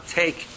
take